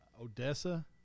Odessa